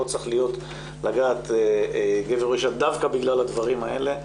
לא צריך לגעת גבר או אישה דווקא בגלל הדברים האלה.